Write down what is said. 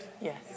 Yes